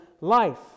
life